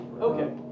Okay